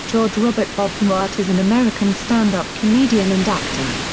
george robert bob newhart is an american stand-up comedian and actor.